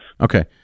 okay